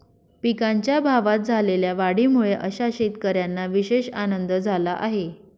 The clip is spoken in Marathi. पिकांच्या भावात झालेल्या वाढीमुळे अशा शेतकऱ्यांना विशेष आनंद झाला आहे